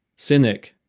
cynic,